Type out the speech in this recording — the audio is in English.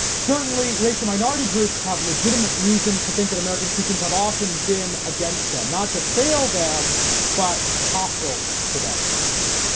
certainly racial minority groups have legitimate reasons to think that american institutions have often been against them not just failed them but hostile to them.